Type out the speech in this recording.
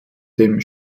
dem